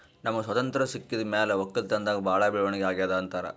ನಮ್ಗ್ ಸ್ವತಂತ್ರ್ ಸಿಕ್ಕಿದ್ ಮ್ಯಾಲ್ ವಕ್ಕಲತನ್ದಾಗ್ ಭಾಳ್ ಬೆಳವಣಿಗ್ ಅಗ್ಯಾದ್ ಅಂತಾರ್